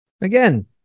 Again